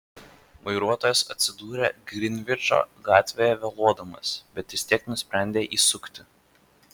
vairuotojas atsidūrė grinvičo gatvėje vėluodamas bet vis tiek nusprendė įsukti